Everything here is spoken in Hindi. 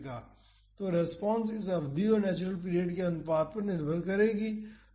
तो रेस्पॉन्स इस अवधि और नेचुरल पीरियड के अनुपात पर निर्भर करेगी